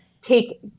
take